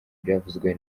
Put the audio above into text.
ibyavuzwe